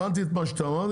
הבנתי את מה שאתה אומר,